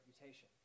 reputation